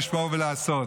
לשמוע ולעשות.